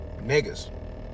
niggas